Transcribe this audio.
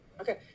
Okay